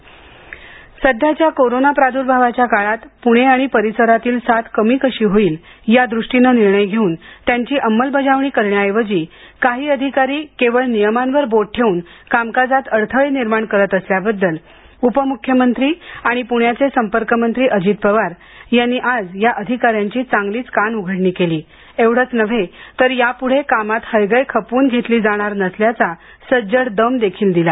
jumbo covid Ajit Pawar सध्याच्या corona प्रादुर्भावाच्या काळात पुणे आणि परिसरातील साथ कमी कशी होईल यादृष्टीनं निर्णय घेऊन त्यांची अंमलबजावणी करण्याऐवजी काही अधिकारी केवळ नियमावर बोट ठेऊन कामकाजात अडथळे निर्माण करत असल्याबद्दल उपमुख्यमंत्री आणि पुण्याचे संपर्कमंत्री अजित पवार यांनी आज या अधिकाऱ्यांची चांगलीच कानउघाडणी केली एवढच नव्हे तर यापुढे कामात हयगय खपवून घेतली जाणार नसल्याचा सज्जड दम देखील दिला